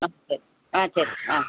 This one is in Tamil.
ஆ சரி ஆ சரி ஆ